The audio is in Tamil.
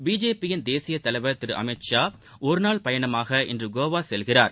பிஜேபி தேசியத் தலைவர் திரு அமித்ஷா ஒருநாள் பயணமாக இன்று கோவா செல்கிறார்